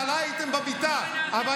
הייתם במיטה, כל הקואליציה.